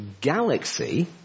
galaxy